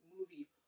movie